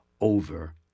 Over